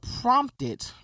prompted